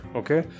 okay